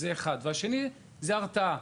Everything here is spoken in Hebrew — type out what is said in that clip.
המטרה השנייה זה הרתעה.